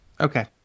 Okay